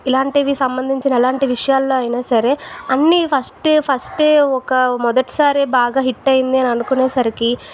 ఇలాంటివి సంబంచిన ఎలాంటి విషయాల్లో అయినా సరే అన్ని ఫస్టే ఫస్టే ఒక మొదటిసారే బాగా హిట్టయింది అని అనుకునేసరికీ